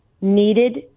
needed